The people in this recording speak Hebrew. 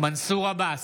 מנסור עבאס,